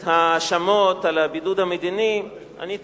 את ההאשמות על הבידוד המדיני, אני תמה.